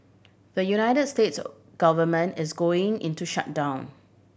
the United States government is going into shutdown